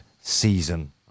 season